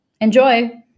Enjoy